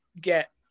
get